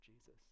Jesus